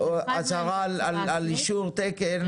הצהרה על אישור תקן,